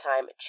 time